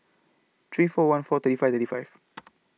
three four one four thirty five thirty five